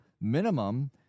minimum